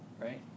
right